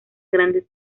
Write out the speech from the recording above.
grandes